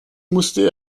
musste